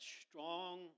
strong